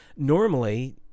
normally